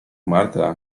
marta